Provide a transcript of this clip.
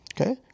Okay